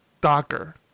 Docker